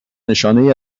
نشانهای